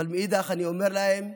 אבל מאידך אני אומר להם: